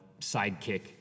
sidekick